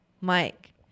Mike